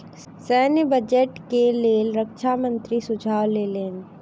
सैन्य बजट के लेल रक्षा मंत्री सुझाव लेलैन